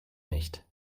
nicht